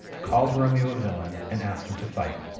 called romeo a villain, and asked him to fight.